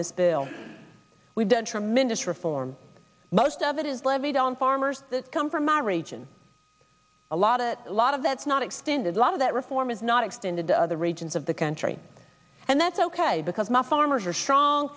this bill we've done tremendous reform most of it is levied on farmers come from our region a lot a lot of that's not extended a lot of that reform is not extended to other regions of the country and that's ok because my farmers are strong